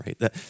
right